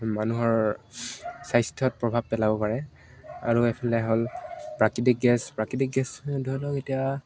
মানুহৰ স্বাস্থ্যত প্ৰভাৱ পেলাব পাৰে আৰু এইফালে হ'ল প্ৰাকৃতিক গেছ প্ৰাকৃতিক গেছ ধৰি লওক এতিয়া